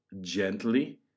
gently